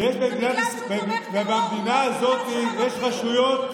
זה בגלל שהוא תומך